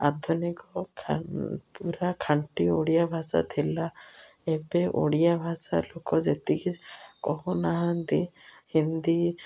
ଆଧୁନିକ ପୁରା ଖାଣ୍ଟି ଓଡ଼ିଆ ଭାଷା ଥିଲା ଏବେ ଓଡ଼ିଆ ଭାଷା ଲୋକ ଯେତିକି କହୁନାହାନ୍ତି ହିନ୍ଦୀ